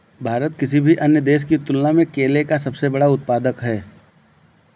भारत किसी भी अन्य देश की तुलना में केले का सबसे बड़ा उत्पादक है